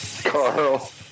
Carl